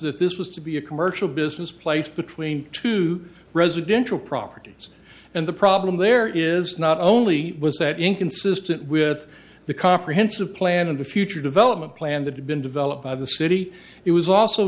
that this was to be a commercial business place between two residential properties and the problem there is not only was that inconsistent with the comprehensive plan of the future development plan that had been developed by the city it was also